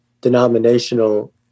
denominational